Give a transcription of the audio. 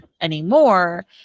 anymore